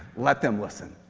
let them listen.